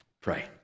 pray